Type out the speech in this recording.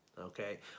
Okay